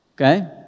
Okay